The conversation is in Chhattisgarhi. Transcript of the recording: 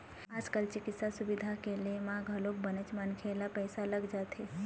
आज कल चिकित्सा सुबिधा के ले म घलोक बनेच मनखे ल पइसा लग जाथे